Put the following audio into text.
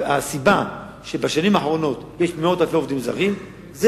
הסיבה שבשנים האחרונות יש מאות אלפי עובדי זרים היא